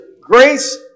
Grace